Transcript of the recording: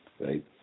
right